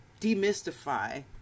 demystify